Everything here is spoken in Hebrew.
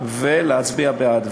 ולהצביע בעד,